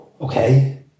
Okay